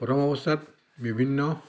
প্ৰথম অৱস্থাত বিভিন্ন